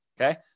Okay